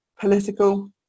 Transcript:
political